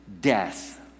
death